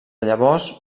llavors